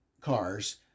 cars